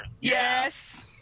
Yes